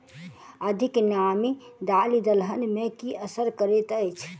अधिक नामी दालि दलहन मे की असर करैत अछि?